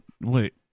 Wait